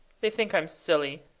they think i'm silly,